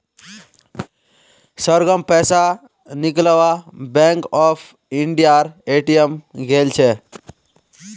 सरगम पैसा निकलवा बैंक ऑफ इंडियार ए.टी.एम गेल छ